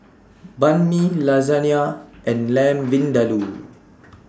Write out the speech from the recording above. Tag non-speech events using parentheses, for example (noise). Banh MI Lasagne and (noise) Lamb Vindaloo